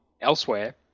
elsewhere